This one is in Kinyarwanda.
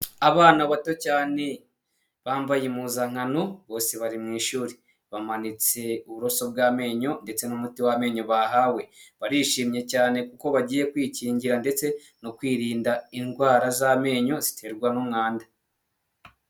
Abana bato cyane bambaye impuzankano, bose bari mu ishuri, bamanitse uburoso bw'amenyo ndetse n'umuti wamenyo bahawe, barishimye cyane kuko bagiye kwikingira ndetse no kwirinda indwara z'amenyo ziterwa n'umwanda.